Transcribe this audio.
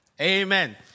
Amen